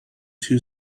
two